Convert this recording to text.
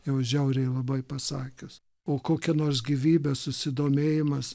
jau žiauriai labai pasakius o kokia nors gyvybė susidomėjimas